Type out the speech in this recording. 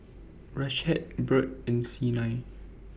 Rashaad Burt and Siena